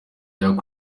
cya